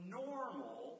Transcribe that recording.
normal